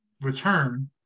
return